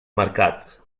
marcat